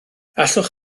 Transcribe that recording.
allwch